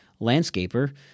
landscaper